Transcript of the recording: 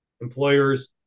employers